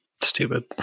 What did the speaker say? Stupid